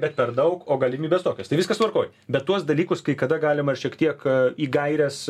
bet per daug o galimybės tokios tai viskas tvarkoj bet tuos dalykus kai kada galima šiek tiek į gaires